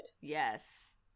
Yes